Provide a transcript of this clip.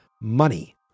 money